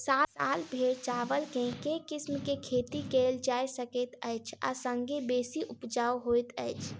साल भैर चावल केँ के किसिम केँ खेती कैल जाय सकैत अछि आ संगे बेसी उपजाउ होइत अछि?